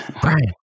Brian